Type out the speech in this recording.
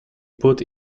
put